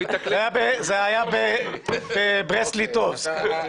זה היה בברסט ליטובסק.